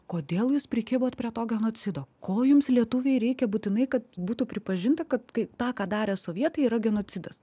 kodėl jūs prikibot prie to genocido ko jums lietuviai reikia būtinai kad būtų pripažinta kad kai tą ką darė sovietai yra genocidas